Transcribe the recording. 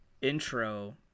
intro